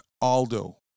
Aldo